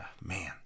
man